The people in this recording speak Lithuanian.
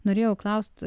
norėjau klaust